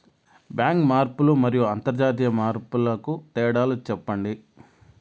Bank మార్పులు మరియు అంతర్జాతీయ మార్పుల కు తేడాలు సెప్పండి?